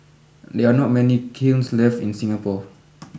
there are not many kilns left in Singapore